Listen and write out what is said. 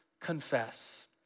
confess